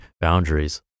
boundaries